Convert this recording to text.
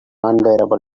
unbearable